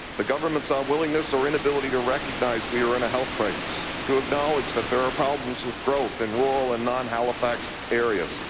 the government's ah unwillingness or inability to recognize we are in a health crisis, to acknowledge there are problems with growth in rural and non-halifax areas,